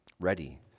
ready